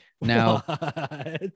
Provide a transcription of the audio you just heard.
Now